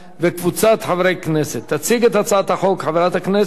תציג את הצעת החוק חברת הכנסת פאינה קירשנבאום.